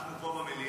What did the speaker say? אנחנו פה, במליאה.